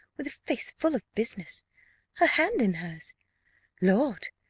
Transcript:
with a face full of business her hand in hers lord,